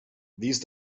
these